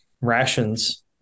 rations